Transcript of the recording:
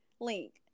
link